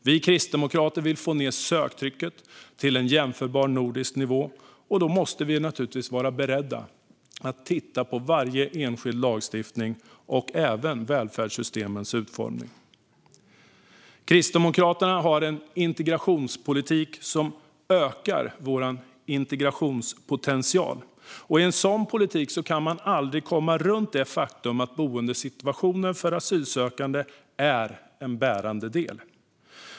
Vi kristdemokrater vill få ned söktrycket till en jämförbar nordisk nivå, och då måste vi naturligtvis vara beredda att titta på varje enskild lagstiftning och även välfärdssystemens utformning. Kristdemokraterna har en integrationspolitik som ökar integrationspotentialen. I en sådan politik kan man aldrig komma runt det faktum att boendesituationen för asylsökande är en bärande del.